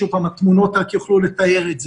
שוב, התמונות רק יוכלו לתאר את זה.